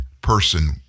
person